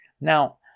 Now